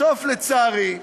לצערי,